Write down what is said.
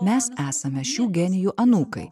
mes esame šių genijų anūkai